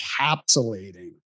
encapsulating